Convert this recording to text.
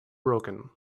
broken